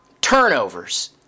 turnovers